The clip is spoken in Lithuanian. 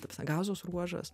ta prasme gazos ruožas